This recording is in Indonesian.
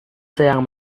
sedang